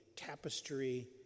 tapestry